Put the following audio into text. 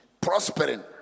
prospering